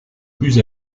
plus